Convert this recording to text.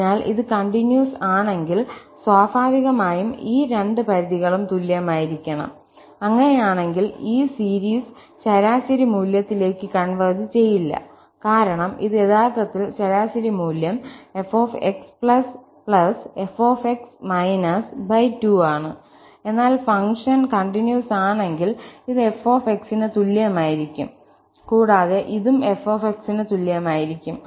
അതിനാൽ ഇത് കണ്ടിന്യൂസ് ആണെങ്കിൽ സ്വാഭാവികമായും ഈ രണ്ട് പരിധികളും തുല്യമായിരിക്കണം അങ്ങനെയാണെങ്കിൽ ഈ സീരീസ് ശരാശരി മൂല്യത്തിലേക്ക് കൺവെർജ് ചെയ്യില്ല കാരണം ഇത് യഥാർത്ഥത്തിൽ ശരാശരി മൂല്യം fxf2 ആണ് എന്നാൽ ഫംഗ്ഷൻ കണ്ടിന്യൂസ് ആണെങ്കിൽ ഇത് f ന് തുല്യമായിരിക്കും കൂടാതെ ഇതും f ന് തുല്യമായിരിക്കും